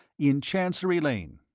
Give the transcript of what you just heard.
in chancery lane.